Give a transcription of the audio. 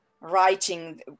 writing